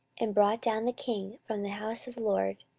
and brought down the king from the house of the lord